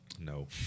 No